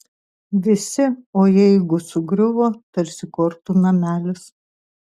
visi o jeigu sugriuvo tarsi kortų namelis